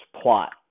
plot